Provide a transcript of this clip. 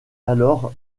alors